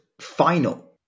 final